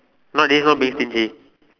not this one being stingy